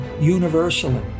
universally